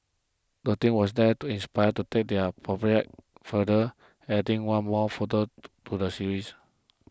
the team was then inspired to take their project further adding one more photo to the series